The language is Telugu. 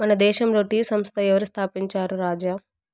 మన దేశంల టీ సంస్థ ఎవరు స్థాపించారు రాజా